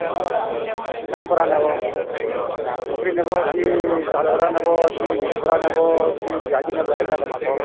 ହଁ କାଏଁ ବରା ନେବ ପକୁଡ଼ି ନେବ କି ଚାଉଲ୍ ବରା ନେବ କି ବିରି ବରା ନେବ କି ପିଆଜି ନେବ କି କେନ୍ଟା ଦେମା କହ